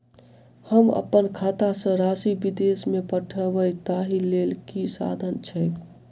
हम अप्पन खाता सँ राशि विदेश मे पठवै ताहि लेल की साधन छैक?